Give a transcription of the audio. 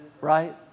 Right